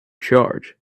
charge